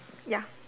ya